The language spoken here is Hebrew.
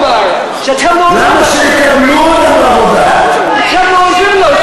הוא אמר שאתה לא עוזר לו.